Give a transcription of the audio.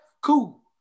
cool